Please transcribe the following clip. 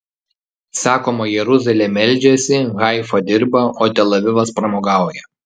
sakoma jeruzalė meldžiasi haifa dirba o tel avivas pramogauja